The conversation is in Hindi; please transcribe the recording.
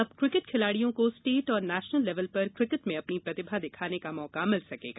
अब क्रिकेट खिलाड़ियों को स्टेट व नेशनल लेवल पर क्रिकेट में अपनी प्रतिभा दिखाने का मौका मिल सकेगा